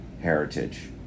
heritage